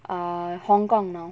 err hong kong now